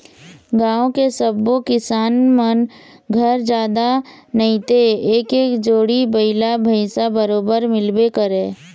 गाँव के सब्बो किसान मन घर जादा नइते एक एक जोड़ी बइला भइसा बरोबर मिलबे करय